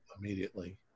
immediately